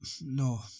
no